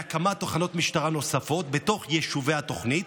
להקים תחנות משטרה נוספות בתוך יישובי התוכנית,